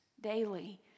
daily